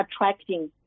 attracting